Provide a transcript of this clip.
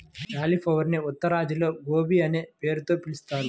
క్యాలిఫ్లవరునే ఉత్తరాదిలో గోబీ అనే పేరుతో పిలుస్తారు